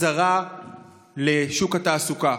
חזרה לשוק התעסוקה.